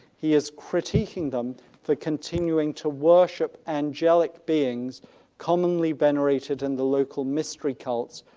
he is critiquing them for continuing to worship angelic beings commonly venerated in the local mystery cults,